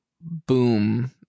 boom